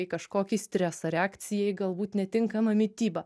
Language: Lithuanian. kažkokį stresą reakcija į galbūt netinkamą mitybą